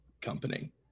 company